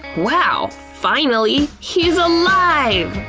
wow, finally! he's alive!